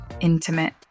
intimate